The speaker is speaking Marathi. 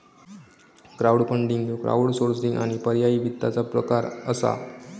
क्राउडफंडिंग ह्यो क्राउडसोर्सिंग आणि पर्यायी वित्ताचो प्रकार असा